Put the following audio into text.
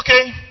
okay